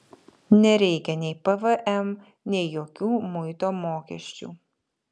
nereikia nei pvm nei jokių muito mokesčių